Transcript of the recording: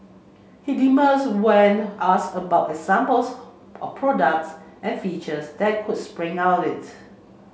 he demurs when asked about examples of products and features that could spring out this